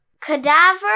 cadaver